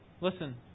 listen